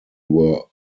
were